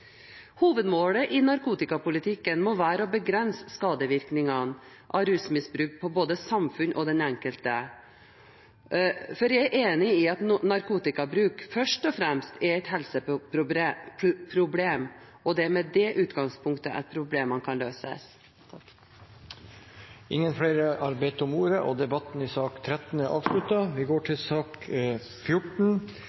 Hovedmålet i narkotikapolitikken må være å begrense skadevirkningene av rusmisbruk på både samfunnet og den enkelte. Jeg er enig i at narkotikabruk først og fremst er et helseproblem, og det er med det utgangspunktet at problemene kan løses. Flere har ikke bedt om ordet til sak nr. 13. Dette er